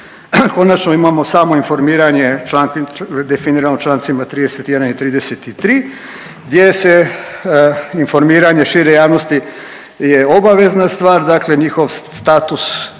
konačno imamo samo informiranje definirano člancima 31. i 33. gdje se informiranje šire javnosti je obavezna stvar, dakle njihov status i